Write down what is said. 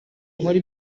nkore